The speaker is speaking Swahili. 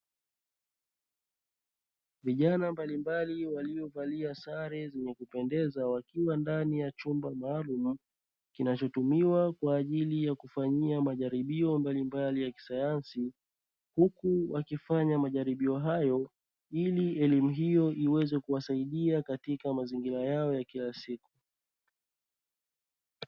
Vijana mbalimbali waliovalia sare zenye kupendeza wakiwa ndani ya chumba maalumu kinachotumiwa kwa ajili ya kufanyia majaribio mbalimbali ya kisayansi, huku wakifanya majaribio hayo ili elimu hiyo iweze kuwasaidia katika mazingira yao ya kila siku.